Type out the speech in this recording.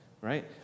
right